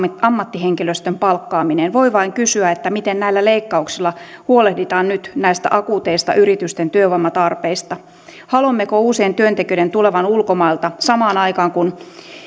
ammattihenkilöstön palkkaaminen voi vain kysyä miten näillä leikkauksilla huolehditaan nyt näistä akuuteista yritysten työvoimatarpeista haluammeko uusien työntekijöiden tulevan ulkomailta samaan aikaan kun